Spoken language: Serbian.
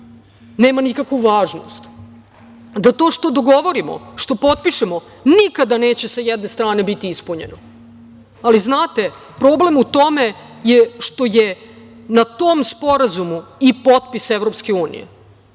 nema nikakvu važnost, da to što dogovorimo, potpišemo, nikada neće sa jedne strane biti ispunjeno. Ali, znate, problem u tome je što je na tom Sporazumu i potpis EU, što oni